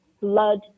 blood